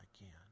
again